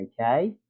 okay